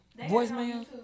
Voicemail